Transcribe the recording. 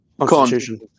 Constitution